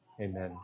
Amen